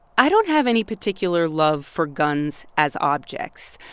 i don't have any particular love for guns as objects.